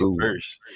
first